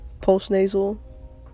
post-nasal